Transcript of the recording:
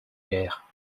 guerre